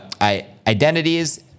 identities